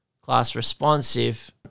class-responsive